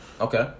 Okay